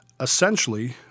essentially